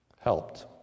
helped